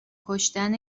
کشتن